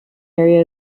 area